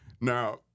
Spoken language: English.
Now